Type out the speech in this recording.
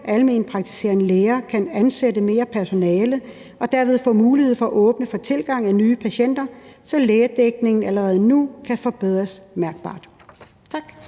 alment praktiserende læger kan ansætte mere personale og derved få mulighed for at åbne for tilgang af nye patienter, så lægedækningen allerede nu kan forbedres mærkbart.«